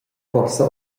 forsa